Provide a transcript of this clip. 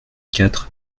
quatre